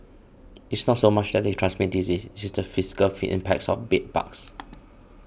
it's not so much that they transmit disease it's the fiscal impacts of bed bugs